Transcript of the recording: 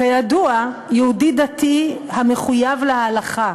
שהוא כידוע יהודי דתי המחויב להלכה.